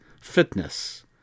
fitness